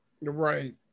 Right